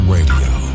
Radio